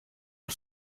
are